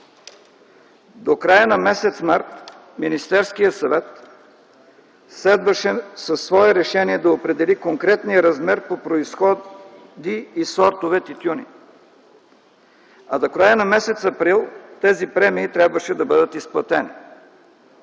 До края на м. март Министерският съвет следваше със свое решение да определи конкретния размер по произходи и сортове тютюни, а до края на м. април тези премии трябваше да бъдат изплатени.